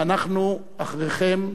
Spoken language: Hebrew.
ואנחנו אחריכם,